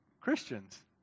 Christians